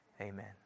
Amen